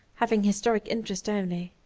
having historic interest only.